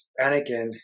Anakin